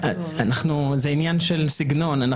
זה עניין של סגנון.